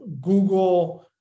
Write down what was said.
Google